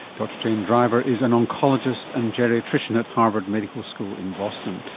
dr jane driver is an oncologist and geriatrician at harvard medical school in boston.